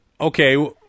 Okay